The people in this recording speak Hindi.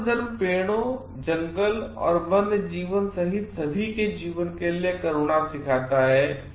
बौद्ध धर्म पेड़ों जंगल और वन्य जीवन सहित सभी जीवन के लिए करुणा सिखाता है